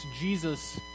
Jesus